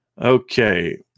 Okay